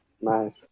Nice